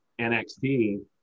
NXT